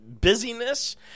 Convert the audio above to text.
busyness